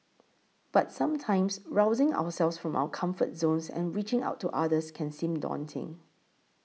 but sometimes rousing ourselves from our comfort zones and reaching out to others can seem daunting